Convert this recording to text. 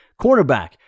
cornerback